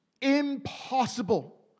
Impossible